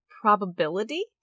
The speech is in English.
probability